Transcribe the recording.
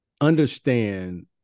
understand